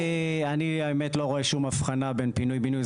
אני האמת לא רואה שום הבחנה בין פינוי בינוי.